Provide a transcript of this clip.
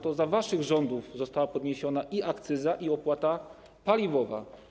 To za waszych rządów zostały podniesione i akcyza, i opłata paliwowa.